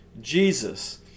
jesus